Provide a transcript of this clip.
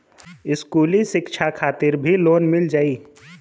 इस्कुली शिक्षा खातिर भी लोन मिल जाई?